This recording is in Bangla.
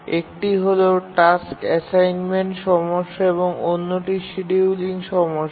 একটি হল টাস্ক অ্যাসাইনমেন্ট সমস্যা এবং অন্যটি শিডিয়ুলিং সমস্যা